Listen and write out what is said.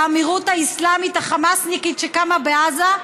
לאמירוּת האסלאמית החמאסניקית שקמה בעזה.